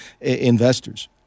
investors